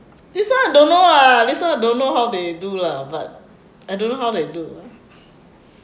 this one I don't know ah this one I don't know how they do lah but I don't know how they do ah